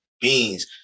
beans